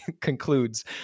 concludes